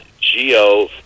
Geo